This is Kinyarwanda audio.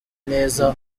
neza